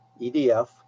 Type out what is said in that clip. EDF